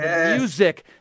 music